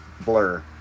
blur